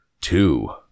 two